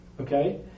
Okay